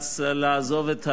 נאלץ לעזוב את האולם.